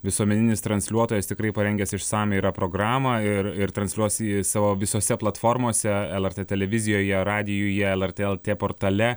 visuomeninis transliuotojas tikrai parengęs išsamią yra programą ir ir transliuos į savo visose platformose lrt televizijoje radijuje lrt lt portale